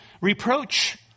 reproach